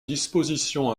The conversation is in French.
disposition